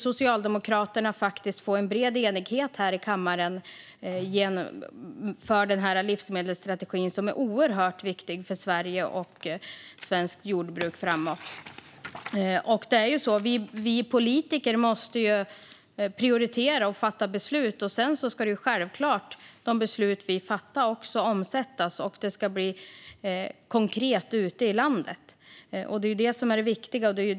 Socialdemokraterna lyckades få en bred enighet om den här i kammaren. Den är oerhört viktig för Sverige och svenskt jordbruk framöver. Vi politiker måste prioritera och fatta beslut. Sedan ska de beslut vi fattar också omsättas. Det ska bli konkret ute i landet. Det är det viktiga.